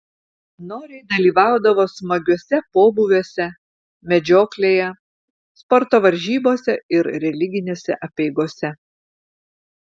noriai dalyvaudavo smagiuose pobūviuose medžioklėje sporto varžybose ir religinėse apeigose